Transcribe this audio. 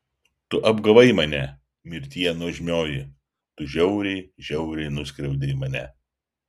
tu apgavai mane mirtie nuožmioji tu žiauriai žiauriai nuskriaudei mane